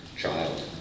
child